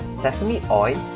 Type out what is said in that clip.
sesame oil